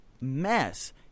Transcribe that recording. mess